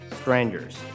strangers